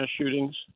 shootings